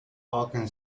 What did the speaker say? falcon